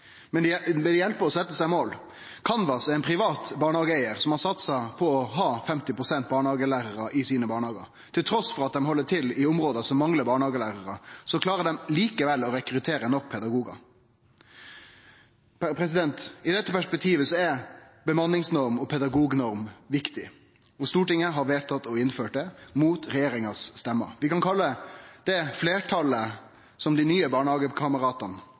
Men det hjelper å setje seg mål. Kanvas er ein privat barnehageeigar som har satsa på å ha 50 pst. barnehagelærarar i barnehagane sine. Trass i at dei held til i område som manglar barnehagelærarar, klarer dei likevel å rekruttere nok pedagogar. I dette perspektivet er bemanningsnorm og pedagognorm viktig, og Stortinget har vedtatt å innføre det – mot stemmene til regjeringspartia. Vi kan kalle det fleirtalet for «dei nye